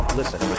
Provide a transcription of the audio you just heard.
listen